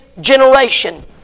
generation